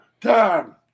time